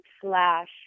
slash